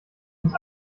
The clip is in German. uns